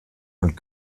und